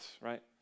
right